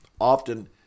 often